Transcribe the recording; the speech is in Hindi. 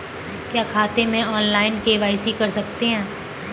क्या खाते में ऑनलाइन के.वाई.सी कर सकते हैं?